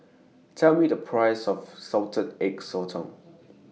Tell Me The Price of Salted Egg Sotong